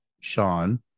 sean